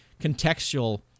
contextual